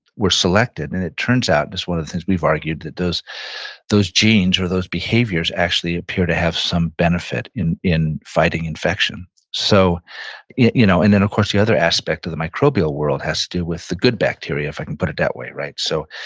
were selected and it turns out, this and is one of things we've argued, that those those genes or those behaviors actually appear to have some benefit in in fighting infection. so yeah you know and then of course the other aspect of the microbial world has to do with the good bacteria, if i can put it that way, right? so,